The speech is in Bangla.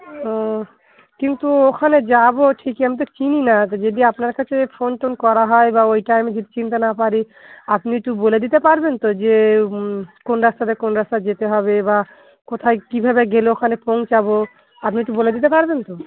ও কিন্তু ওখানে যাবো ঠিকই আমি তো চিনি না তো যদি আপনার কাছে ফোন টোন করা হয় বা ওই টাইমে যদি চিনতে না পারি আপনি একটু বলে দিতে পারবেন তো যে কোন রাস্তাতে কোন রাস্তায় যেতে হবে বা কোথায় কীভাবে গেলে ওখানে পৌঁছাবো আপনি একটু বলে দিতে পারবেন তো